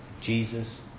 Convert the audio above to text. Jesus